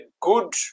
good